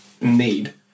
need